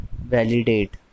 Validate